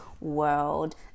world